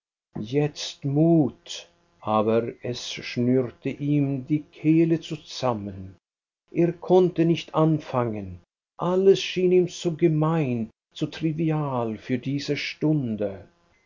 jetzt mut aber es schnürte ihm die kehle zusammen er konnte nicht anfangen alles schien ihm zu gemein zu trivial für diese stunde warum